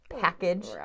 package